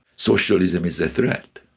socialism is a threat.